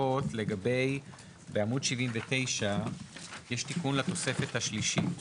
בעמוד 79 יש תיקון לתוספת השלישית,